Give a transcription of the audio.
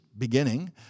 beginning